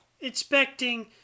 expecting